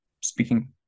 speaking